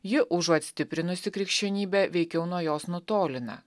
ji užuot stiprinusi krikščionybę veikiau nuo jos nutolina